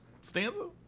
stanza